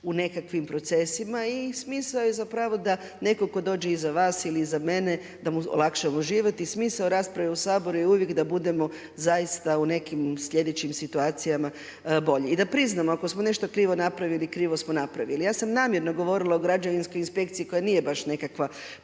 u nekakvim procesima i smisao je da neko tko dođe iza vas ili iza mene da mu olakšamo život. I smisao rasprave u Saboru je uvijek da budemo u nekim sljedećim situacijama bolji. I da priznamo ako smo nešto krivo napravili, krivo smo napravili. Ja sam namjerno govorila o građevinskoj inspekciji koja nije baš nekakva